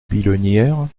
billonnière